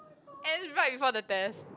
and right before the test